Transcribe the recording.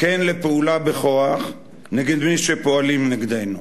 כן לפעולה בכוח נגד מי שפועלים נגדנו.